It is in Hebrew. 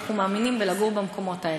אנחנו מאמינים בלגור במקומות האלה.